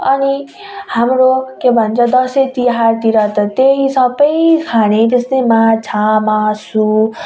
अनि हाम्रो के भन्छ दसैँ तिहारतिर त त्यही सबै खाने त्यस्तै माछा मासु